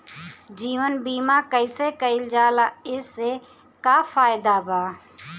जीवन बीमा कैसे कईल जाला एसे का फायदा बा?